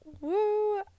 Woo